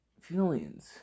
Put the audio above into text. Feelings